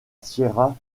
sierra